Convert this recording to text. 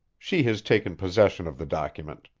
she has taken possession of the document.